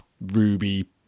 ruby